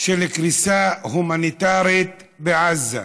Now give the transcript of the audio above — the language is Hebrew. של קריסה הומניטרית בעזה.